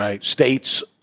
states